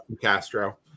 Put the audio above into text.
Castro